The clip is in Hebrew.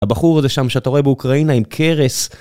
הבחור הזה שם שאתה רואה באוקראינה עם כרס.